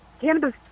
cannabis